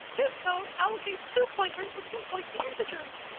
this code allocates two pointers, which can point to integers.